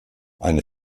eine